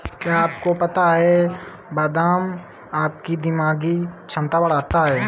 क्या आपको पता है बादाम आपकी दिमागी क्षमता बढ़ाता है?